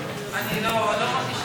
היום שמעתי דבר מדהים: